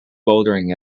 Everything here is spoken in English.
bouldering